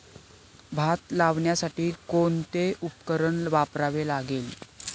भात लावण्यासाठी कोणते उपकरण वापरावे लागेल?